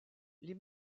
les